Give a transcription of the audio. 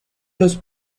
los